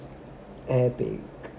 okay